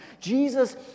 Jesus